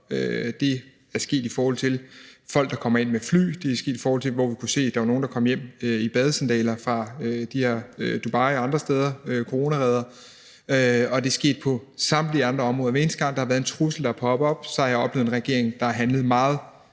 Det er sket i forhold til folk, der kommer ind med fly. Det er sket i forhold til, at vi har kunnet se nogle komme hjem i badesandaler fra Dubai og andre steder, coronareder, og det er sket på samtlige andre områder. Hver eneste gang der har været en trussel, der er poppet op, har jeg oplevet en regering, der har handlet meget